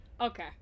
Okay